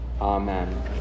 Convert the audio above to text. Amen